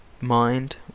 mind